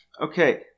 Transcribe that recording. okay